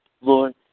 Lord